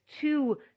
two